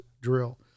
drill